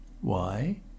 Why